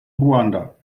ruanda